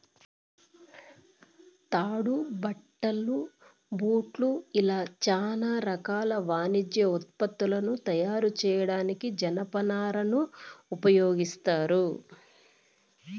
తాడు, బట్టలు, బూట్లు ఇలా చానా రకాల వాణిజ్య ఉత్పత్తులను తయారు చేయడానికి జనపనారను ఉపయోగిత్తారు